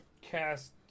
cast